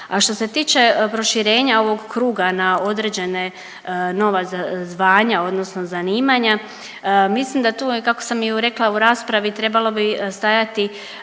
A što se tiče proširenja ovog kruga na određene nova zvanja odnosno zanimanja mislim da tu kako sam i rekla u raspravi trebalo bi stajati